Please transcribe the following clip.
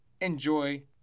enjoy